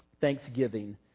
thanksgiving